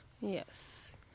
yes